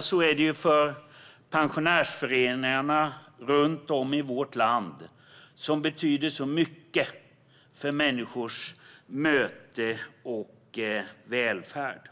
sätt är det för pensionärsföreningarna runt om i vårt land. De betyder mycket för människors möten och välfärd.